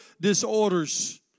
disorders